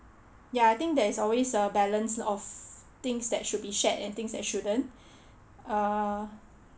ya I think there is always a balance of things that should be shared and things that shouldn't uh